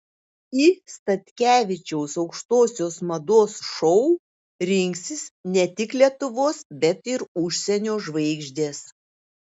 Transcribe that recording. į statkevičiaus aukštosios mados šou rinksis ne tik lietuvos bet ir užsienio žvaigždės